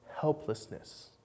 helplessness